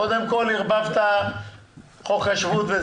קודם כול, ערבבת חוק השבות.